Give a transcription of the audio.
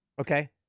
okay